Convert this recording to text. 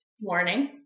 morning